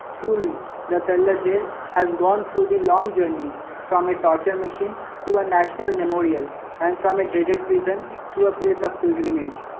truly the cellular jail has gone through the long journey from a torture machine to a national memorial and from a dreaded prison to a place of pilgrimage.